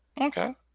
Okay